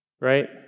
right